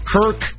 Kirk